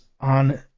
on